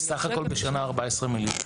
אז סך הכל בשנה 14 מיליון.